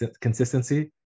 consistency